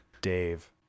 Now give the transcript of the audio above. Dave